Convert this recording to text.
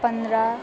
पन्ध्र